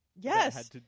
yes